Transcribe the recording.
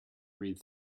read